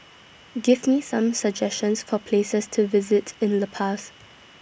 Give Me Some suggestions For Places to visit in La Paz